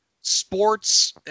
sports